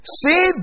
see